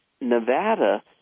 Nevada